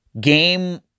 Game